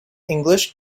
english